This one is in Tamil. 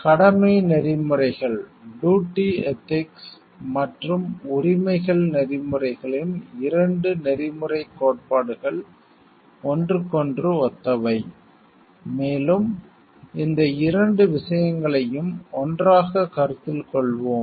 கடமை நெறிமுறைகள் டூட்டி எதிக்ஸ் மற்றும் உரிமைகள் நெறிமுறைகளின் 2 நெறிமுறைக் கோட்பாடுகள் ஒன்றுக்கொன்று ஒத்தவை மேலும் இந்த இரண்டு விஷயங்களையும் ஒன்றாகக் கருத்தில் கொள்வோம்